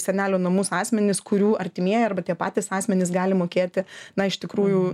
senelių namus asmenis kurių artimieji arba tie patys asmenys gali mokėti na iš tikrųjų